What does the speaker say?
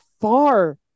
far